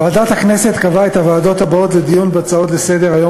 ועדת הכנסת קבעה את הוועדות האלה לדיון בהצעות לסדר-היום